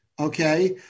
Okay